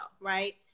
right